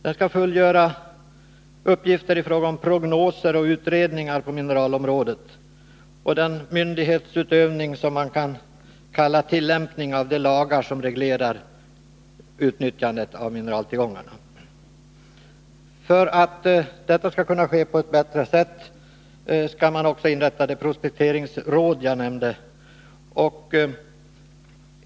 Den skall fullgöra uppgifter i fråga om prognoser och utredningar på mineralområdet och den myndighetsutövning som man kan kalla tillämpning av de lagar som reglerar utnyttjandet av mineraltillgångarna. För att detta skall kunna ske på ett bättre sätt skall man också inrätta det prospekteringråd som jag nämnde tidigare.